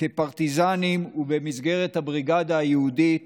כפרטיזנים ובמסגרת הבריגדה היהודית